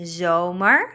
zomer